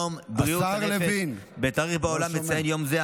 יום בריאות הנפש בתאריך שבו העולם מציין יום זה,